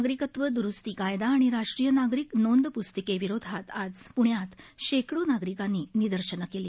नागरिकत्व द्रुस्ती कायदा आणि राष्ट्रीय नागरिक नोंदपुस्तिकेविरोधात आज पुण्यात शेकडो नागरिकांनी निदर्शनं केली